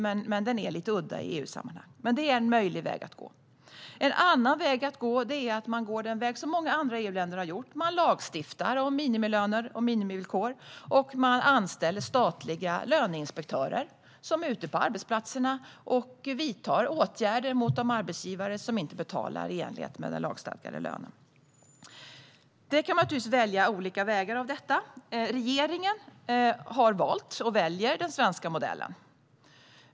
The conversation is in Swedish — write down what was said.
I EU-sammanhang är den lite udda, men det är en möjlig väg att gå. En annan väg att gå är den som många andra EU-länder har gått, nämligen att man lagstiftar om minimilöner och minimivillkor och anställer statliga löneinspektörer som är ute på arbetsplatserna och vidtar åtgärder mot de arbetsgivare som inte betalar löner som är i enlighet med det som är lagstadgat. Man kan alltså välja olika vägar. Regeringen har valt och väljer den svenska modellen.